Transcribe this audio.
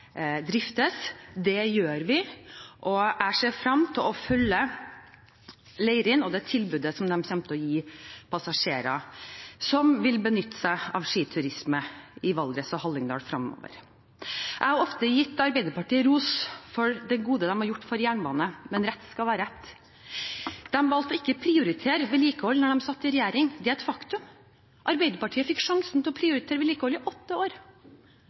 driftes. Det gjør vi, og jeg ser frem til å følge Leirin og det tilbudet som de kommer til å gi passasjerer som vil benytte seg av skiturisme i Valdres og Hallingdal fremover. Jeg har ofte gitt Arbeiderpartiet ros for det gode de har gjort for jernbane, men rett skal være rett. De valgte å ikke prioritere vedlikehold da de satt i regjering. Det er et faktum. Arbeiderpartiet fikk sjansen til å prioritere vedlikehold i åtte år.